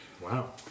Wow